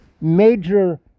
major